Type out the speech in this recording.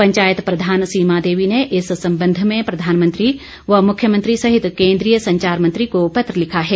पंचायत प्रधान सीमा देवी ने इस संबंध में प्रधानमंत्री व मुख्यमंत्री सहित केंद्रीय संचार मंत्री को पत्र लिखा है